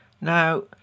Now